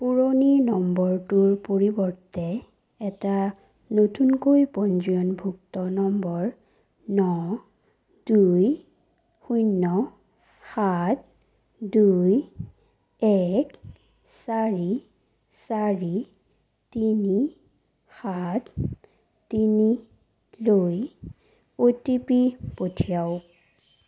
পুৰণি নম্বৰটোৰ পৰিৱৰ্তে এটা নতুনকৈ পঞ্জীয়নভুক্ত নম্বৰ ন দুই শূন্য সাত দুই এক চাৰি চাৰি তিনি সাত তিনিলৈ অটিপি পঠিয়াওক